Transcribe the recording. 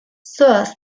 zoaz